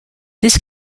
this